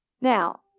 Now